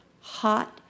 hot